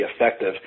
effective